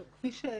עד כה